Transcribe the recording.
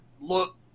look